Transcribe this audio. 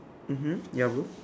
mmhmm ya bro